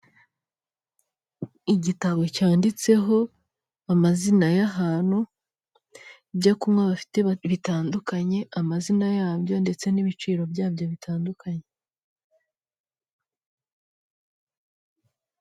Igitabo cyanditseho amazina y'ahantu, ibyo kunywa bafite bitandukanye, amazina yabyo ndetse n'ibiciro byabyo bitandukanye.